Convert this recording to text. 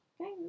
Okay